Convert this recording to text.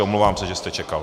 Omlouvám se, že jste čekal.